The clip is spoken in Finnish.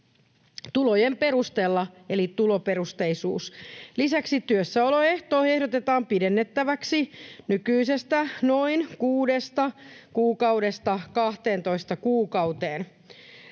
tulojen perusteella eli tuloperusteisesti. Lisäksi työssäoloehto ehdotetaan pidennettäväksi nykyisestä noin kuudesta kuukaudesta 12 kuukauteen.